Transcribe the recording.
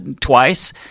twice